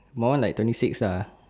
my mine like twenty six lah